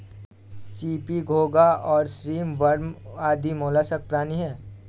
CP, घोंगा और shrimp worm आदि मौलास्क प्राणी हैं